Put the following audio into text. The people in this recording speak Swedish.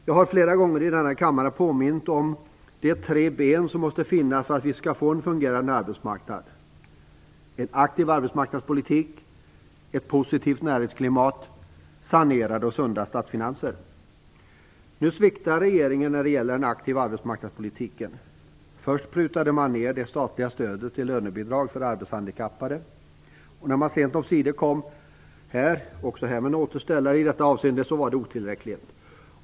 Jag har flera gånger i denna kammare påmint om de tre ben som måste finnas för att vi skall få en fungerande arbetsmarknad: en aktiv arbetsmarknadspolitik, ett positivt näringsklimat samt sanerade och sunda statsfinanser. Regeringen sviktar när det gäller den aktiva arbetsmarknadspolitiken. Först prutade man ner det statliga stödet till lönebidrag för arbetshandikappade. När man sent omsider också här kom med en återställare var det otillräckligt.